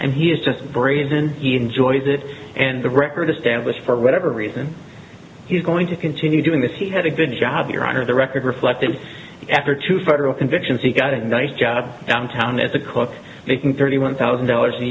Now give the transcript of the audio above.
and he is just brazen enjoys it and the record established for whatever reason he's going to continue doing this he had a good job your honor the record reflected after two federal convictions he got a nice job downtown as a clerk making thirty one thousand dollars a